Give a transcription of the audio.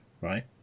right